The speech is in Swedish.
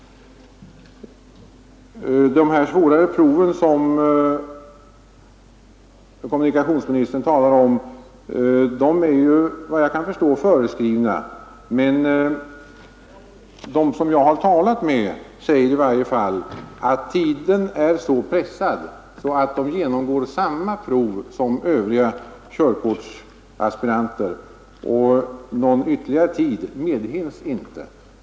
De här svårare proven, som kommunikationsministern talar om, är enligt vad jag kan förstå föreskrivna, men de som jag talat med säger i varje fall att tiden är så knapp att den här kategorin genomgår samma prov som övriga körkortsaspiranter. Ytterligare tid hinner man inte ägna åt dem.